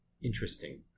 interesting